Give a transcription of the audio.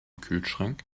kühlschrank